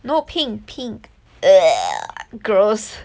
no pink pink gross